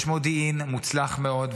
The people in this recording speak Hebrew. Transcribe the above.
יש מודיעין מוצלח מאוד,